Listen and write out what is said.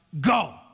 go